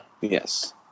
Yes